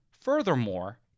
Furthermore